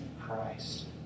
Christ